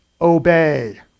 Obey